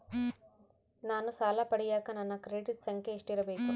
ನಾನು ಸಾಲ ಪಡಿಯಕ ನನ್ನ ಕ್ರೆಡಿಟ್ ಸಂಖ್ಯೆ ಎಷ್ಟಿರಬೇಕು?